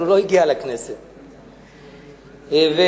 אבל